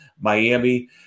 Miami